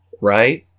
Right